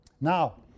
Now